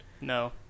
No